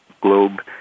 globe